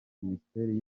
minisiteri